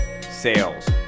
sales